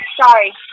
Sorry